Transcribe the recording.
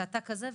ואתה כזה.